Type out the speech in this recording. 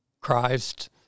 Christ